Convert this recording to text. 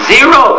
Zero